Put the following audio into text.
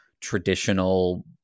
traditional